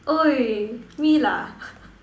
!oi! me lah